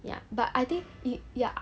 ya but I think it ya